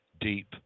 deep